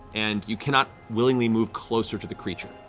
and you cannot willingly move closer to the creature.